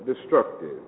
destructive